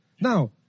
Now